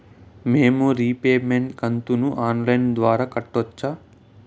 మేము రీపేమెంట్ కంతును online ద్వారా కట్టొచ్చా